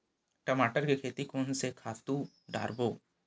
टमाटर के खेती कोन से खातु डारबो?